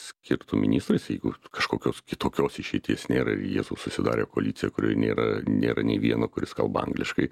skirtų ministrais jeigu kažkokios kitokios išeities nėra ir jie susidarė koaliciją kurioj nėra nėra nei vieno kuris kalba angliškai